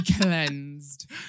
cleansed